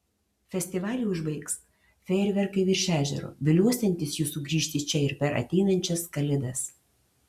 festivalį užbaigs fejerverkai virš ežero viliosiantys jus sugrįžti čia ir per ateinančias kalėdas